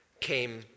came